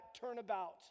turnabout